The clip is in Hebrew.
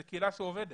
זו קהילה שעובדת,